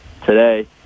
today